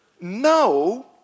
no